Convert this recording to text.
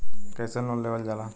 कैसे लोन लेवल जाला?